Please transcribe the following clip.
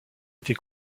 été